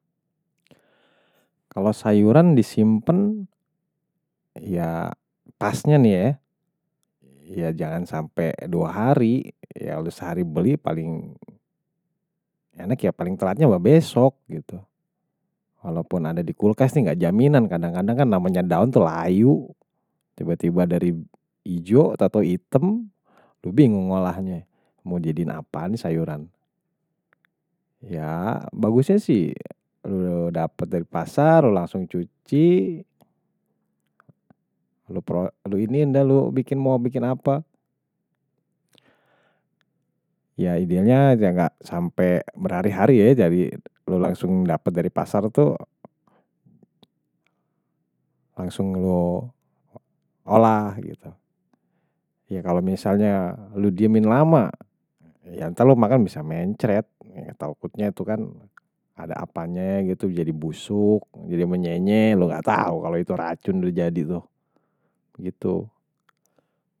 Kalau sayuran disimpen, ya pasnya nih ya, jangan sampai dua hari, sehari beli paling enak ya, paling telatnya bahwa besok. Walaupun ada di kulkas ini nggak jaminan, kadang-kadang kan namanya daun tuh layu, tiba-tiba dari hijau atau hitam, lebih mengolahnya mau jadikan apa ini sayuran. Ya, bagusnya sih, lu dapet dari pasar, lu langsung cuci, lu ini, lu mau bikin apa. Ya, idealnya nggak sampai berhari-hari ya, jadi lu langsung dapet dari pasar tuh, langsung lu olah. Ya, kalau misalnya lu diamin lama, ya entah lu makan bisa mencret, takutnya itu kan ada apanye gitu, jadi busuk, jadi benyenyeh, lu nggak tahu kalau itu racun udah jadi tuh.